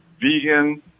vegan